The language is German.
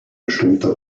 bestimmter